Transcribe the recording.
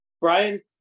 Brian